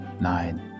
nine